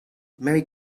merry